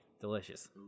delicious